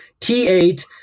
T8